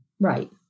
Right